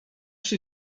się